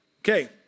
Okay